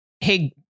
hey